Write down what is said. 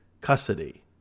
custody